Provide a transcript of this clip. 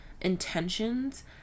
intentions